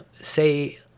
say